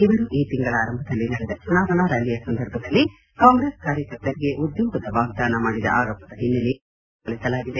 ಇವರು ಈ ತಿಂಗಳಾರಂಭದಲ್ಲಿ ನಡೆದ ಚುನಾವಣಾ ರ್ಡಾಲಿಯ ಸಂದರ್ಭದಲ್ಲಿ ಕಾಂಗ್ರೆಸ್ ಕಾರ್ಯಕರ್ತರಿಗೆ ಉದ್ಯೋಗದ ವಾಗ್ದಾನ ಮಾಡಿದ ಆರೋಪದ ಹಿನ್ನೆಲೆಯಲ್ಲಿ ಈ ಪ್ರಕರಣ ದಾಖಲಿಸಲಾಗಿದೆ